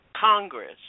Congress